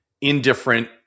indifferent